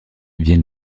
viennent